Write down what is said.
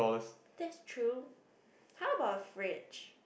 that's true how about fridge